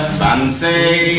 fancy